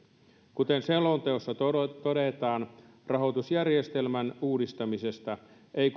kuten selonteossa todetaan rahoitusjärjestelmän uudistamisesta ei